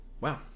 Wow